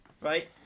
Right